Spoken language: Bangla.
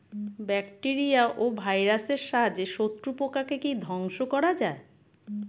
ব্যাকটেরিয়া ও ভাইরাসের সাহায্যে শত্রু পোকাকে কি ধ্বংস করা যায়?